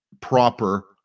proper